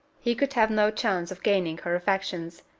he could have no chance of gaining her affections.